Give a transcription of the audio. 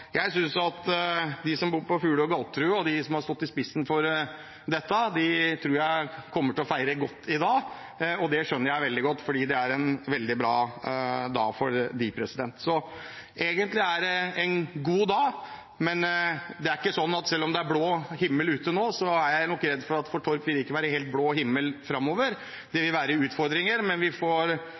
Jeg tror at de som bor på Fulu og Galterud, og de som har stått i spissen for dette, kommer til å feire i dag, og det skjønner jeg veldig godt, for det er en veldig bra dag for dem. Så egentlig er det en god dag, men selv om det er blå himmel ute nå, er jeg nok redd for at for Torp vil det ikke være helt blå himmel framover. Det vil være utfordringer, men vi får